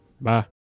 Bye